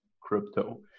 crypto